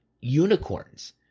unicorns